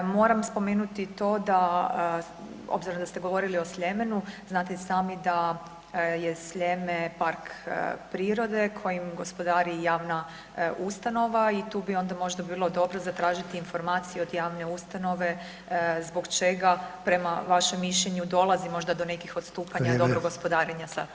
Moram spomenuti i to da obzirom da ste govorili o Sljemenu znate i sami da je Sljeme park prirode kojim gospodari javna ustanova i tu bi onda možda bilo dobro zatražiti informaciju od javne ustanove zbog čega prema vašem mišljenju dolazi možda do nekih odstupanja dobrog gospodarenja sa tom šumom.